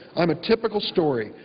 i'm a typical story.